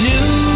New